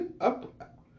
up